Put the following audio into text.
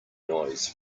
noise